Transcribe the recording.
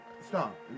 stop